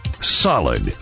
solid